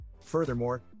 Furthermore